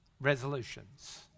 resolutions